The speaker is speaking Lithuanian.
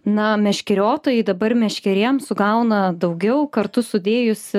na meškeriotojai dabar meškerėms sugauna daugiau kartu sudėjus